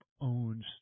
owns